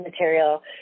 material